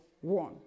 one